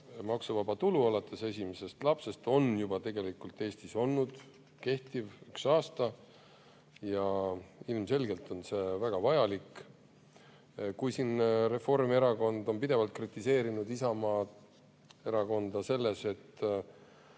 maksuvaba tulu alates esimesest lapsest on juba tegelikult Eestis kehtinud ühe aasta. Ilmselgelt on see väga vajalik. Reformierakond on pidevalt kritiseerinud Isamaa erakonda selle